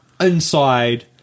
inside